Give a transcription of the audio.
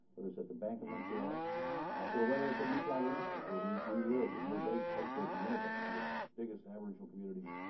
whether it's at the bank of montreal or whether it's at new flyer industries where we we live and we're based, headquartered in winnipeg, one of the biggest aboriginal communities,